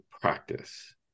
practice